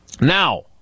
Now